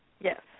Yes